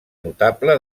notable